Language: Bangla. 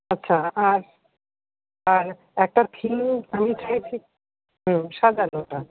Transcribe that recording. আচ্ছা আর আর একটা থিম আমি চাইছি হ্যাঁ সাজানোটা